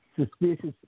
suspicious